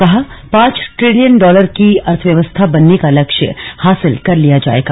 कहा पांच trillion dollar की अर्थव्यवस्था बनने का लक्ष्य हासिल कर लिया जाएगा